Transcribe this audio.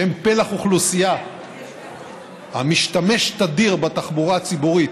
שהם פלח אוכלוסייה המשתמש תדיר בתחבורה הציבורית,